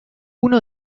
uno